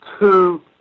two